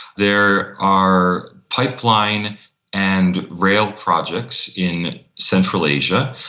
there are pipeline and rail projects in central asia.